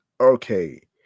Okay